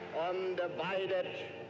undivided